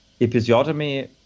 episiotomy